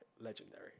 Legendary